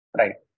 right